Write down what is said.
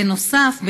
בנוסף,